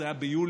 זה היה ביולי,